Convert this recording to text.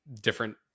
different